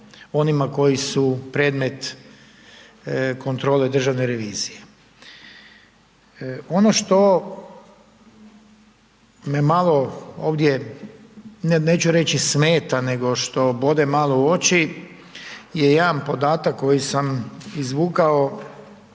onima k9ji su predmet kontrole u Državnoj reviziji. Ono što me malo ovdje neću reći smeta, nego što bode malo u oči, je jedan podatak koji sam izvukao